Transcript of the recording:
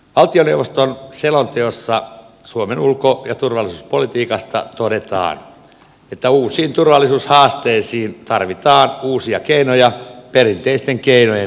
valtioneuvoston selonteossa suomen ulko ja turvallisuuspolitiikasta todetaan että uusiin turvallisuushaasteisiin tarvitaan uusia keinoja perinteisten keinojen lisäksi